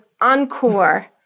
encore